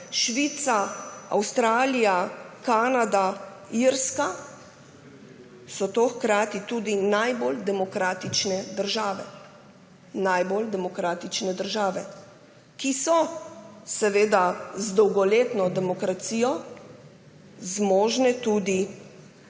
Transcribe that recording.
Švica, Avstralija, Kanada, Irska, so to hkrati tudi najbolj demokratične države. Najbolj demokratične države, ki so z dolgoletno demokracijo zmožne tudi